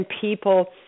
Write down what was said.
people